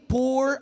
Poor